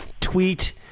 tweet